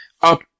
Up